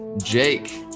Jake